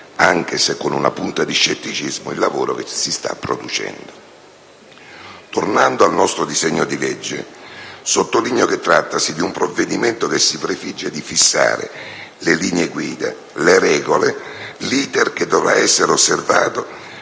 anche se con una punta di scetticismo, il lavoro che si sta producendo. Tornando al nostro disegno di legge, sottolineo che trattasi di un provvedimento che si prefigge di fissare le linee guida, le regole, l'*iter* che dovrà essere osservato